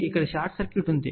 ఇక్కడ short circuit ఉంది